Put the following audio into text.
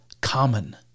common